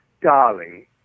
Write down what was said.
darling